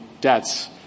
debts